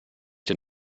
den